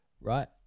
Right